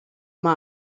mine